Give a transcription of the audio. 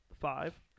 five